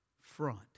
front